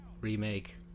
remake